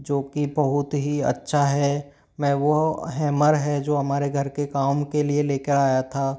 जो की बहुत ही अच्छा है मैं वो हेमर है जो हमारे घर के काम के लिए लेकर आया था